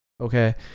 okay